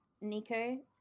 Nico